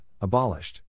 abolished